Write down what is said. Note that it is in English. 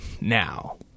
now